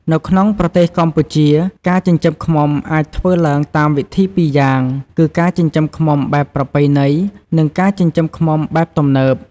នៅក្នុងប្រទេសកម្ពុជា ការចិញ្ចឹមឃ្មុំអាចធ្វើឡើងតាមវិធីពីរយ៉ាងគឺ ការចិញ្ចឹមឃ្មុំបែបប្រពៃណី និងការចិញ្ចឹមឃ្មុំបែបទំនើប។